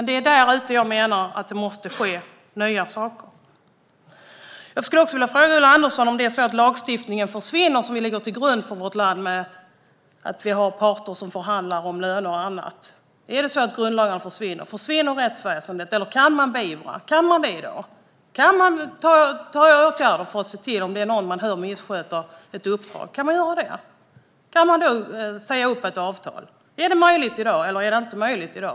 Det är där det måste ske nya saker. Om den lagstiftning som ligger till grund för vårt land försvinner, till exempel om att parter förhandlar om löner, om grundlagen eller rättsväsendet försvinner, går det då att beivra felaktigheter eller vidta åtgärder mot någon som missköter ett uppdrag? Kan ett avtal då sägas upp? Är det möjligt eller inte möjligt i dag?